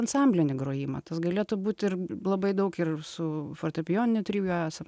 ansamblinį grojimą tas galėtų būti ir labai daug ir su fortepijoniniu trio esam